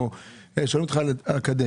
אלא שואלים אותך על אקדמיה.